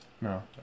No